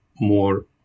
more